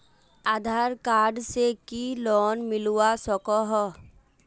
आधार card से की loan मिलवा सकोहो?